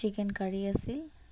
chicken curry আছিল